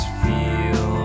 feel